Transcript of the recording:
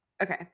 Okay